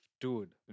dude